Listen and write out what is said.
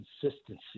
consistency